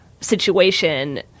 situation